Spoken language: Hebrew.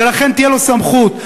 ולכן תהיה לו סמכות.